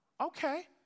okay